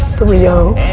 three oh.